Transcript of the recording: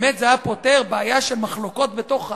אם באמת זה היה פותר בעיה של מחלוקות בתוך העם,